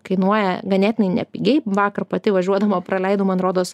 kainuoja ganėtinai nepigiai vakar pati važiuodama praleidau man rodos